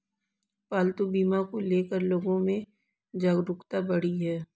पालतू बीमा को ले कर लोगो में जागरूकता बढ़ी है